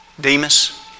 Demas